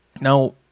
Now